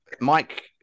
Mike